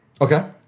Okay